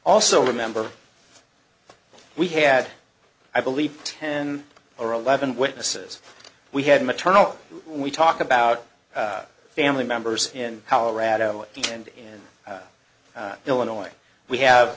also remember we had i believe ten or eleven witnesses we had maternal we talk about family members in colorado and in illinois we have